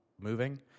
moving